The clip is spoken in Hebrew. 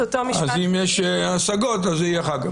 אז אם יש השגות אז זה יהיה אחר כך.